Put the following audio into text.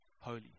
holy